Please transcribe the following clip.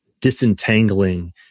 disentangling